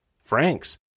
Franks